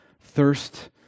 thirst